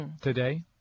today